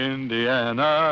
Indiana